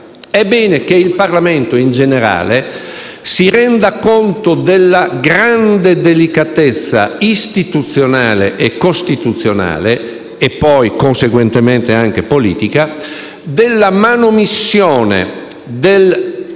e il Parlamento in generale è bene che si rendano conto della grande delicatezza istituzionale e costituzionale - e conseguentemente anche politica - della manomissione della